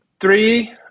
three